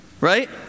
right